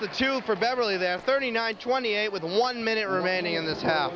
the two for beverly there are thirty nine twenty eight with one minute remaining in this house